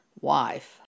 wife